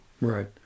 Right